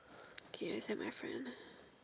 okay I send my friend